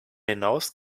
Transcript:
hinaus